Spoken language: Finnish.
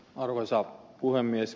arvoisa puhemies